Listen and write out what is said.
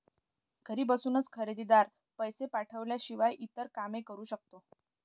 घरी बसूनच खरेदीदार, पैसे पाठवण्याशिवाय इतर अनेक काम करू शकतो